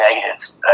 negatives